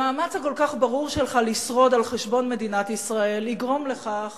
המאמץ הכל-כך ברור שלך לשרוד על חשבון מדינת ישראל יגרום לכך